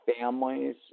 families